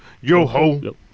yo-ho